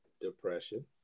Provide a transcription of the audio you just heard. depression